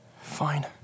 Fine